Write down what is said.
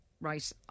Right